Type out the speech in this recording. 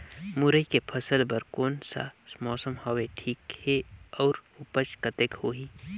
मुरई के फसल बर कोन सा मौसम हवे ठीक हे अउर ऊपज कतेक होही?